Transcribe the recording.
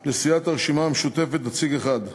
לסיעת הרשימה המשותפת, נציג אחד,